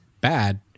bad